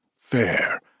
fair